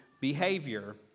behavior